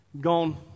gone